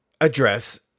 address